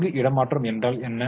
பங்கு இடமாற்றம் என்றால் என்ன